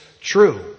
true